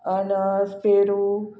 अनस पेरूं